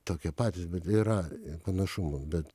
tokie patys bet yra i panašumų bet